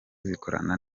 zikorana